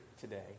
today